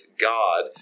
God